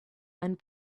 and